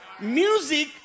Music